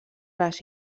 les